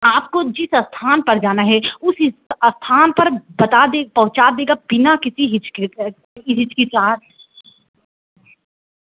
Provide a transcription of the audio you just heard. आपको जिस स्थान पर जाना है उस स्थान पर बता दे पहुंचा देगा बिना किसी हिचकी हिचकिचाहट